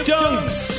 Dunks